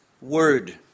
word